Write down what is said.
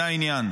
זה העניין